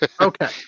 Okay